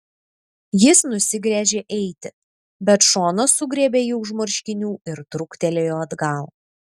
jis nusigręžė eiti bet šona sugriebė jį už marškinių ir trūktelėjo atgal